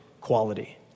quality